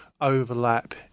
overlap